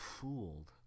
fooled